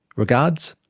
regards,